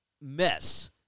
mess